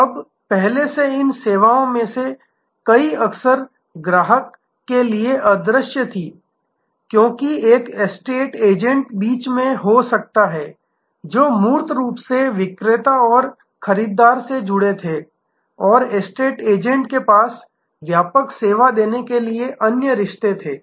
अब पहले इन सेवाओं में से कई अक्सर ग्राहक के लिए अदृश्य थीं क्योंकि एक एस्टेट एजेंट बीच में हो सकता है जो मूल रूप से विक्रेता और खरीदार से जुड़े थे और एस्टेट एजेंट के पास व्यापक सेवा देने के लिए अन्य रिश्ते थे